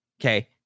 okay